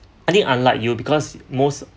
I think unlike you because most